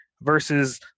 versus